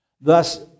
Thus